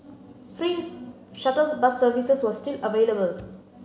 free shuttles bus services were still available